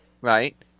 right